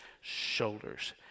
shoulders